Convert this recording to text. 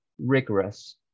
rigorous